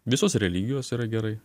visos religijos yra gerai